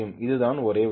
இதுதான் ஒரே வழி